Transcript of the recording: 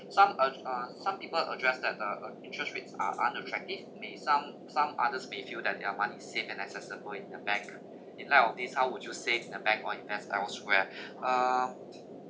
some as uh some people addressed that uh a interest rates are unattractive may some some others may feel that their money is safe and accessible in the bank in light of this how would you say to the bank or invest elsewhere uh